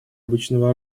обычного